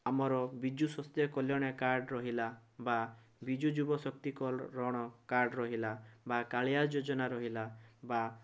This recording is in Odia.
ଆମର ବିଜୁ ସ୍ୱାସ୍ଥ୍ୟ କଲ୍ୟାଣ କାର୍ଡ଼ ରହିଲା ବା ବିଜୁ ଯୁବଶକ୍ତି କଲ୍ୟାଣ କାର୍ଡ଼ ରହିଲା ବା କାଳିଆ ଯୋଜନା ରହିଲା ବା